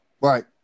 Right